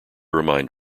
remind